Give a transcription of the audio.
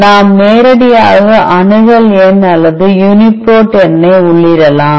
நாம் நேரடியாக அணுகல் எண் அல்லது யூனிபிரோட் எண்ணை உள்ளிடலாம்